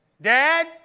Dad